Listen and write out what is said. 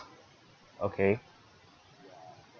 okay